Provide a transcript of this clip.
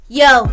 yo